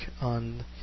on